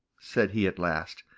said he at last,